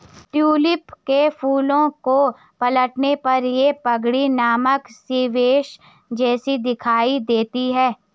tulip के फूलों को पलटने पर ये पगड़ी नामक शिरोवेश जैसे दिखाई देते हैं